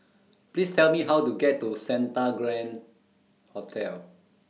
Please Tell Me How to get to Santa Grand Hotel